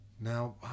Now